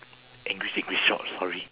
english english sor~ sorry